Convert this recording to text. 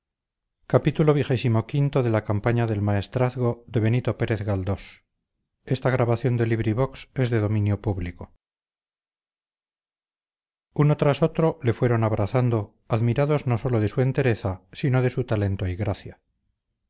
uno tras otro le fueron abrazando admirados no sólo de su entereza sino de su talento y gracia